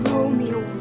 Romeo